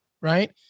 right